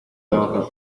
trabajar